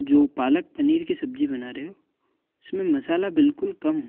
जो पालक पनीर की सब्ज़ी बना रहे हो उसमें मसाला बिल्कुल कम हो